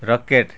rocket